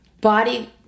body